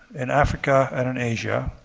in africa and in asia.